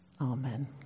Amen